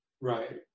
right